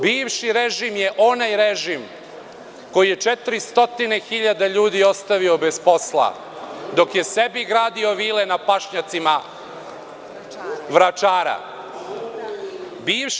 Bivši režim je onaj režim koji je 400 hiljada ljudi ostavio bez posla dok je sebi gradio vile na pašnjacima Vračara.